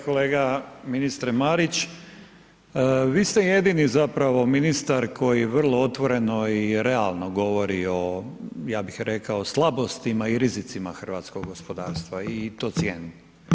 Kolega, ministre Marić, vi ste jedini zapravo ministar koji vrlo otvoreno i realno govori o, ja bih rekao, o slabostima i rizicima hrvatskog gospodarstva i to cijenim.